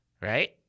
right